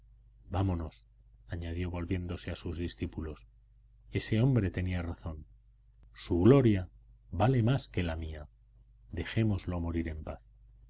vámonos añadió volviéndose a sus discípulos ese hombre tenía razón su gloria vale más que la mía dejémoslo morir en paz